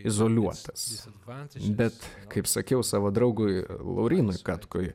izoliuotas bet kaip sakiau savo draugui laurynui katkui